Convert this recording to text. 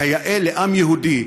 כיאה לעם היהודי,